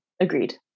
agreed